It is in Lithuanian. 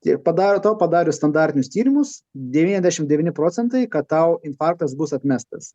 ir padaro tau padarius standartinius tyrimus devyniasdešim devyni procentai kad tau infarktas bus atmestas